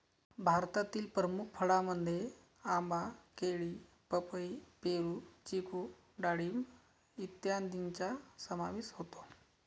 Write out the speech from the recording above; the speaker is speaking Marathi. भारतातील प्रमुख फळांमध्ये आंबा, केळी, पपई, पेरू, चिकू डाळिंब इत्यादींचा समावेश होतो